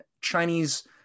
Chinese